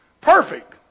Perfect